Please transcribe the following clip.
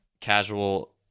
casual